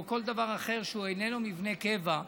או כל דבר אחר שהוא איננו מבנה קבע,